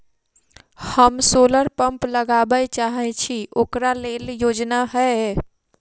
हम solar pump लगाबै चाहय छी ओकरा लेल योजना हय?